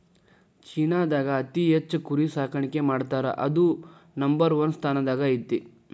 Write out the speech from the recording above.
ಚೇನಾದಾಗ ಅತಿ ಹೆಚ್ಚ್ ಕುರಿ ಸಾಕಾಣಿಕೆ ಮಾಡ್ತಾರಾ ಅದು ನಂಬರ್ ಒನ್ ಸ್ಥಾನದಾಗ ಐತಿ